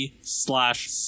slash